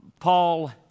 Paul